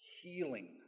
healing